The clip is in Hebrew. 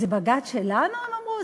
זה בג"ץ שלנו, הם אמרו?